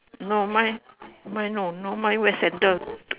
no mine mine no no mine wear sandal